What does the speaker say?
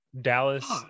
Dallas